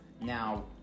Now